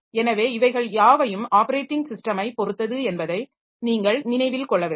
எனவே இவைகள் யாவையும் ஆப்பரேட்டிங் ஸிஸ்டமை பொறுத்தது என்பதை நீங்கள் நினைவில் கொள்ள வேண்டும்